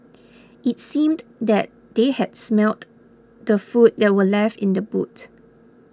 it seemed that they had smelt the food that were left in the boot